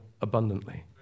abundantly